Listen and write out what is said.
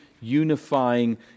unifying